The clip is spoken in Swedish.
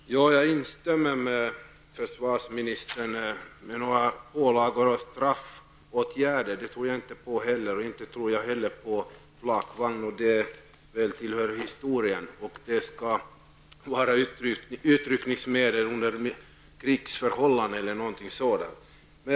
Herr talman! Jag instämmer med försvarsministern. Inte heller jag tror på några straffåtgärder liksom inte heller på insättande av flakvagnar. Sådana tillhör historien -- möjligen kan de sättas i samband med utryckning i krig.